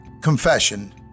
confession